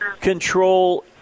Control